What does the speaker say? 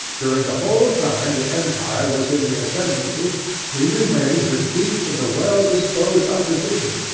during the whole time the empire was in the ascendancy he remained the chief of the well-disposed opposition,